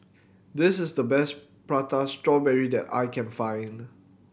this is the best Prata Strawberry that I can find